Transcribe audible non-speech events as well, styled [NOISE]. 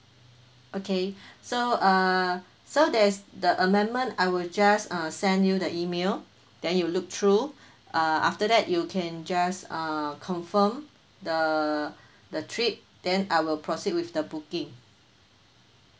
okay [BREATH] so uh so there's the amendment I will just uh send you the email then you'll look through uh after that you can just uh confirm the [BREATH] the trip then I will proceed with the booking